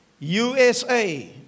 USA